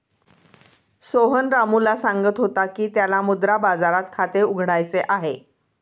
सोहन रामूला सांगत होता की त्याला मुद्रा बाजारात खाते उघडायचे आहे